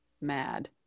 mad